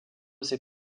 ses